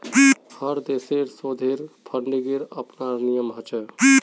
हर देशेर शोधेर फंडिंगेर अपनार नियम ह छे